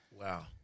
Wow